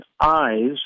eyes